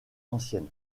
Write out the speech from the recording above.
ancienne